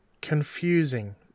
confusing